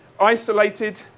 isolated